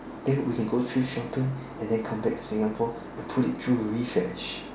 then we can go thrift shopping and then come back to Singapore and put it through refash